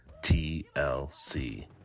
TLC